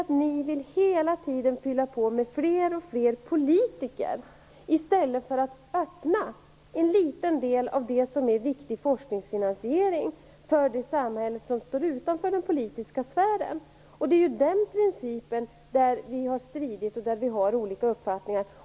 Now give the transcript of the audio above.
Den vill ju hela tiden fylla på med fler och fler politiker i stället för att öppna en liten del av det som är en viktig forskningsfinansiering för det samhälle som står utanför den politiska sfären. Det är den principen vi har stridit och haft olika uppfattningar om.